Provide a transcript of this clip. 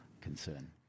concern